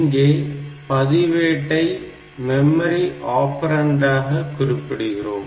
இங்கே பதிவேட்டை மெமரி ஓபரன்டாக குறிப்பிடுகிறோம்